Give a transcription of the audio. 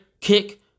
kick